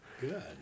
good